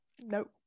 nope